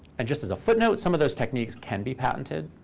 and just as a footnote, some of those techniques can be patented,